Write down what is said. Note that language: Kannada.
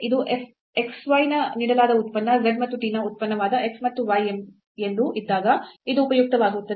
ಇದು x y ನ ನೀಡಲಾದ ಉತ್ಪನ್ನ z ಮತ್ತು t ನ ಉತ್ಪನ್ನವಾದ x ಮತ್ತು y ಎಂದು ಇದ್ದಾಗ ಇದು ಉಪಯುಕ್ತವಾಗುತ್ತದೆ